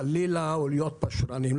חלילה או להיות פשרנים.